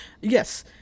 yes